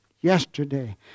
yesterday